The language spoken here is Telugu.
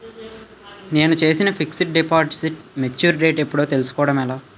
నేను చేసిన ఫిక్సడ్ డిపాజిట్ మెచ్యూర్ డేట్ ఎప్పుడో తెల్సుకోవడం ఎలా?